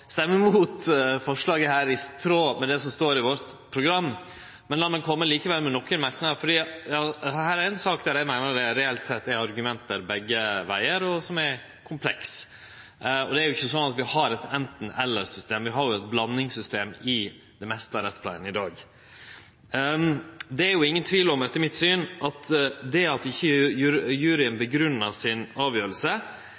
stemmer likevel, for SV kjem til å stemme imot forslaget her, i tråd med det som står i vårt program. Men lat meg kome med nokre merknader, for dette er ei sak der eg meiner det reelt sett er argument begge vegar, og det er ei sak som er kompleks. Og det er jo ikkje slik at vi har eit enten–eller-system, vi har eit blandingssystem i det meste av rettspleia i dag. Det er ingen tvil om, etter mitt syn, at det at ikkje